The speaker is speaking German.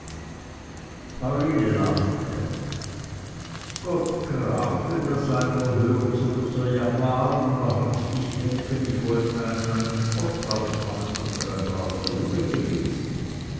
pauline lachte jott graf wenn das einer hört so muß er ja wahr und wahrhaftig denken ich wollt einem einen spott draus machen daß er ein braver junge gewesen